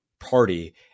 Party